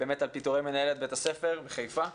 על פיטורי מנהלת בית ספר חיוואר בחיפה.